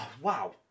wow